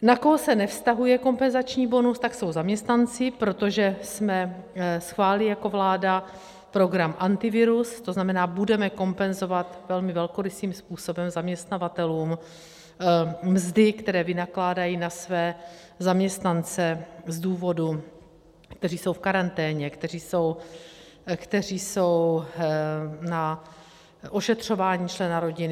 Na koho se nevztahuje kompenzační bonus, tak jsou zaměstnanci, protože jsme schválili jako vláda program Antivirus, tzn. budeme kompenzovat velmi velkorysým způsobem zaměstnavatelům mzdy, které vynakládají na své zaměstnance, kteří jsou v karanténě, kteří jsou na ošetřování člena rodiny.